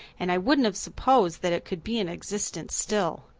and i wouldn't have supposed that it could be in existence still.